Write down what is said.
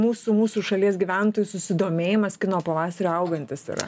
mūsų mūsų šalies gyventojų susidomėjimas kino pavasario augantis yra